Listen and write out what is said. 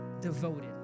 devoted